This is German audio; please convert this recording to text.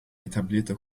etablierte